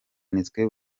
wese